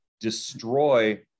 destroy